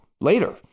later